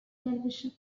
television